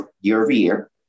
year-over-year